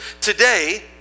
today